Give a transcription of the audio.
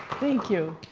thank you.